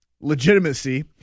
legitimacy